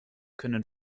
können